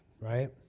right